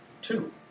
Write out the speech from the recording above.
two